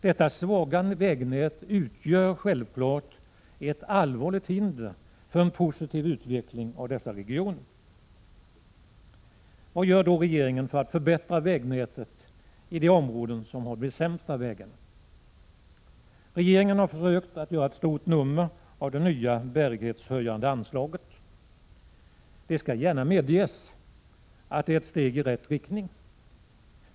Detta svaga vägnät utgör självfallet ett allvarligt hinder för en positiv utveckling i dessa regioner. Vad gör då regeringen för att förbättra vägnätet i de områden som har de sämsta vägarna? Ja, regeringen har försökt att göra ett stort nummer av det nya bärighetshöjande anslaget. Jag kan gärna medge att det är ett steg i rätt riktning.